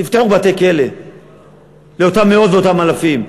תפתחו בתי-כלא לאותם מאות ואותם אלפים.